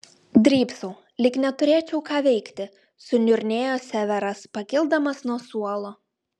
drybsau lyg neturėčiau ką veikti suniurnėjo severas pakildamas nuo suolo